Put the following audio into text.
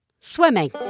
swimming